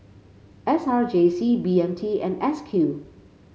S R J C B M T and S Q